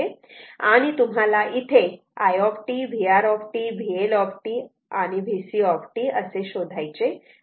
आणि तुम्हाला इथे इथे I vR VL and VC शोधायचे आहे